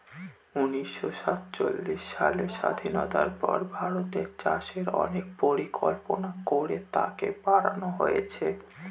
উনিশশো সাতচল্লিশ সালের স্বাধীনতার পর ভারতের চাষে অনেক পরিকল্পনা করে তাকে বাড়নো হয়েছে